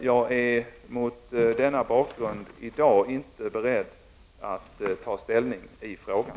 Jag är mot denna bakgrund i dag inte beredd att ta ställning i frågan.